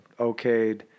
okayed